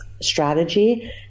strategy